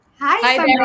Hi